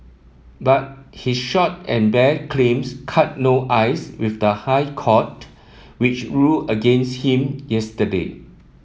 but his short and bare claims cut no ice with the High Court which ruled against him yesterday